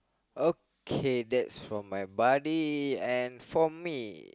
okay that's for my buddy and for me